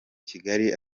kigali